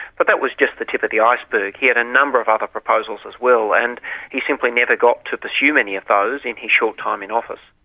but that was just the tip of the iceberg. he had a number of other proposals as well, and he simply never got to pursue any of ah those in his short time in office.